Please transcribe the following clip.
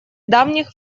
давних